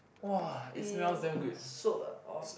!wah! eh soap ah or